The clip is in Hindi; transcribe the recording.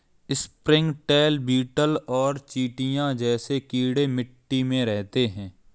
स्प्रिंगटेल, बीटल और चींटियां जैसे कीड़े मिट्टी में रहते हैं